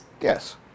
Yes